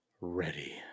Ready